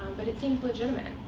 but it seemed legitimate.